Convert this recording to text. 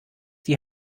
die